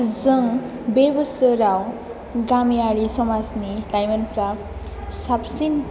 जों बे बोसोराव गामियारि समाजनि लाइमोनफ्रा साबसिन